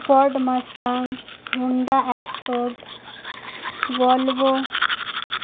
Ford Mustang Honda X road Volvo